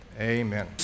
amen